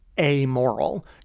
amoral